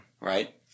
right